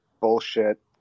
bullshit